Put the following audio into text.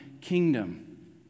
kingdom